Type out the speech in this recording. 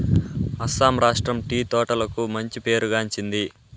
అస్సాం రాష్ట్రం టీ తోటలకు మంచి పేరు గాంచింది